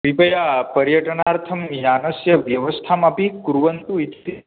कृपया पर्यटनार्थं यानस्य व्यवस्थामपि कुर्वन्तु इति